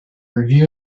review